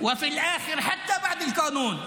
ובסוף אפילו אחרי החוק,